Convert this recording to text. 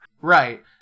Right